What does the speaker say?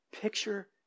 picture